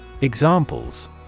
Examples